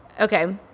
Okay